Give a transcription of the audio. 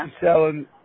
selling